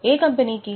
ఏ కంపెనీకి